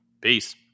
Peace